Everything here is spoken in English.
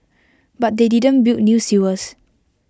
but they didn't build new sewers